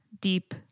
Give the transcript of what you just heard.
deep